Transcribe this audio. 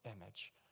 Image